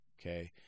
Okay